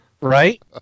Right